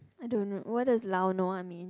I don't know what does lao nua mean